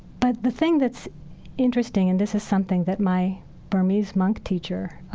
but the thing that's interesting, and this is something that my burmese monk teacher